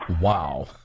Wow